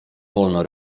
wolno